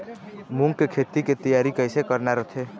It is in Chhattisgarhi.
मूंग के खेती के तियारी कइसे करना रथे?